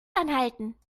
anhalten